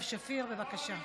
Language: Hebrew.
חברת הכנסת סתיו שפיר, בבקשה.